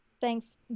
thanks